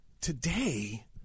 today